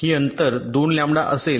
ही अंतर 2 लॅम्बडा असेल